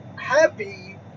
happy